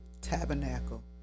Tabernacle